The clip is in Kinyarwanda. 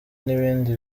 n’ibindi